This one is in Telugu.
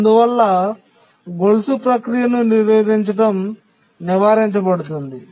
అందువల్ల గొలుసు ప్రక్రియను నిరోధించడం నివారించబడుతుంది